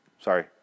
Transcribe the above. Sorry